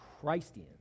Christians